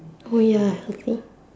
oh ya healthy